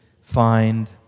find